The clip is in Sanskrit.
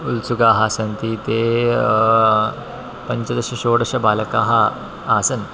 उत्सुकाः सन्ति ते पञ्चदश षोडश बालकाः आसन्